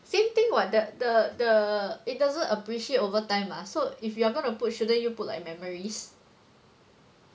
same thing [what] the the the it doesn't appreciate over time lah so if you are gonna put shouldn't you put like memories